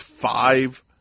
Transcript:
five